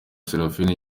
seraphine